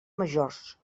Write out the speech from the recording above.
majors